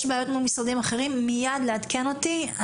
אם יש בעיות מול משרדים אחרים מיד לעדכן אותי,